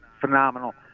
phenomenal